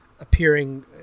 appearing